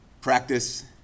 practice